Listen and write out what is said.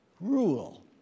rule